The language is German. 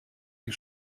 die